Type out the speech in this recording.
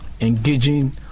engaging